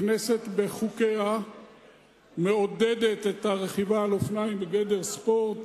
הכנסת בחוקיה מעודדת את הרכיבה על אופניים בגדר ספורט